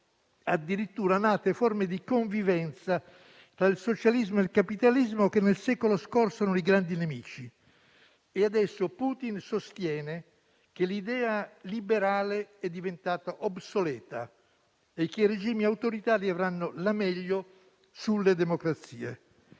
addirittura nate forme di convivenza tra il socialismo e il capitalismo che, nel secolo scorso, erano i grandi nemici. E adesso Putin sostiene che l'idea liberale è diventata obsoleta e che i regimi autoritari avranno la meglio sulle democrazie.